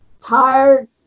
tired